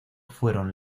fueron